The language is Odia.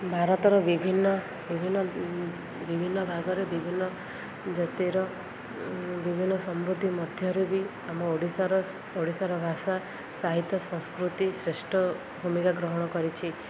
ଭାରତର ବିଭିନ୍ନ ବିଭିନ୍ନ ବିଭିନ୍ନ ଭାଗରେ ବିଭିନ୍ନ ଜାତିର ବିଭିନ୍ନ ସମୃଦ୍ଧି ମଧ୍ୟରେ ବି ଆମ ଓଡ଼ିଶାର ଓଡ଼ିଶାର ଭାଷା ସାହିତ୍ୟ ସଂସ୍କୃତି ଶ୍ରେଷ୍ଠ ଭୂମିକା ଗ୍ରହଣ କରିଛି